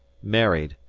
married,